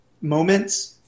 moments